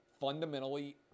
fundamentally